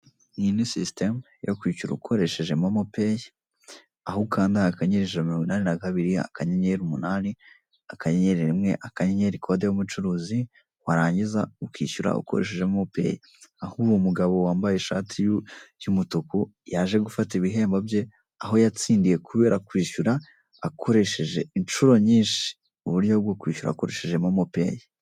Iyi ni system yo kwishyura ukoresheje MomoPay aho ukanda akanyenyeri ijana na mirongo inani na kabiri akanyenyeri umunani akanyenyeri rimwe akanyenyeri code y'umucuruzi warangiza ukishyura ukoresheje MomoPay, aho uwo mugabo wambaye ishati y'umutuku yaje gufata ibihembo bye aho yatsindiye kubera kwishyura akoresheje inshuro nyinshi uburyo bwo kwishyura akoresheje MomoPay.